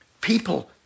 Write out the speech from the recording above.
People